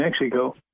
Mexico